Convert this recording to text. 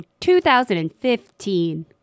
2015